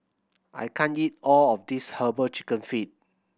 I can't eat all of this Herbal Chicken Feet